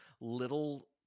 little